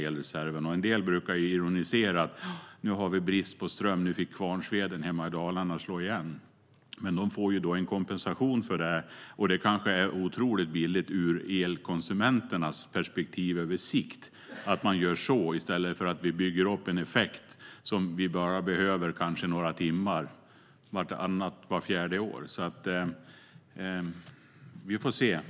En del brukar ironisera och säga: Nu har vi brist på ström, så då får Kvarnsveden hemma i Dalarna slå igen. Men industrin får en kompensation, och det kan vara otroligt billigt ur elkonsumenternas perspektiv på sikt att man gör så i stället för att bygga upp en effekt som vi bara behöver några timmar vartannat eller vart fjärde år. Vi får se.